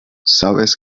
sabes